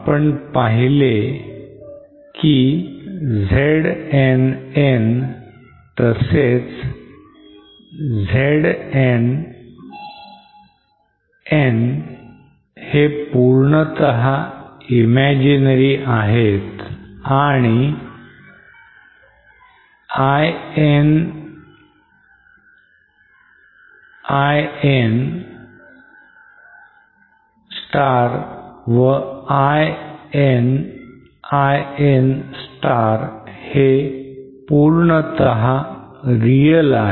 आपण पहिले की Zn'n' तसेच Zn"n" हे पूर्णतः imaginary आहेत आणि In'In' व In"In" हे पूर्णतः real आहेत